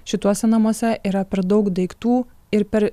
šituose namuose yra per daug daiktų ir per